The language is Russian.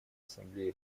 ассамблеи